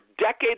decades